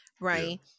right